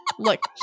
Look